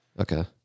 okay